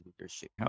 leadership